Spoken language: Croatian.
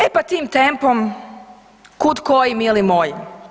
E pa tim tempom kud koji mili moji.